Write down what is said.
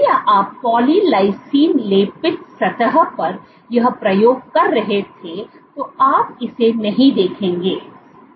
यदि आप poly lysine लेपित सतह पर यह प्रयोग कर रहे थे तो आप इसे नहीं देखेंगे